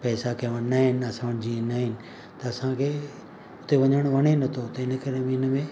पैसा कंहिं वटि ना आहिनि असां वटि जीअं ना आहिनि त असांखे उते वञणु वणे नथो उते इन करे बि इन में